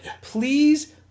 please